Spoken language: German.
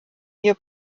ihr